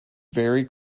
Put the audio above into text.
very